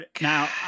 Now